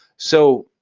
so,